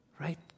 Right